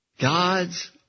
God's